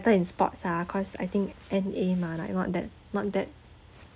in sports ah cause I think N_A mah like not that not that